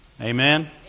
Amen